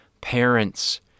parents